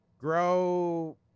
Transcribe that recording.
Grow